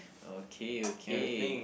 okay okay